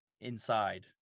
inside